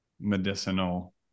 medicinal